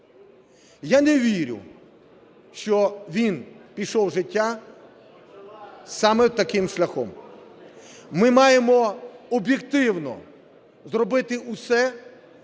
Я не вірю, що він пішов із життя саме таким шляхом. Ми маємо об'єктивно зробити все,